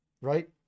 right